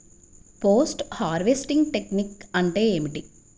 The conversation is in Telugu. పోస్ట్ హార్వెస్టింగ్ టెక్నిక్ అంటే ఏమిటీ?